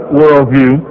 worldview